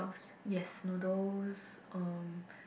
yes noodles um